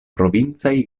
provincaj